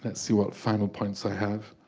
and see what final points i have.